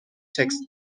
text